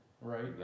right